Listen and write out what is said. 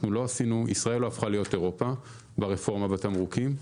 ישראל לא הפכה להיות אירופה ברפורמה בתמרוקים,